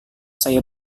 saya